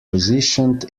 positioned